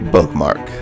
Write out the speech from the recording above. Bookmark